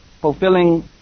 fulfilling